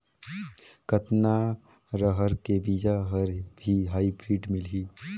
कतना रहर के बीजा हर भी हाईब्रिड मिलही?